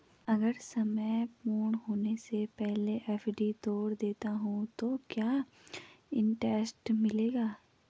अगर समय पूर्ण होने से पहले एफ.डी तोड़ देता हूँ तो क्या इंट्रेस्ट मिलेगा?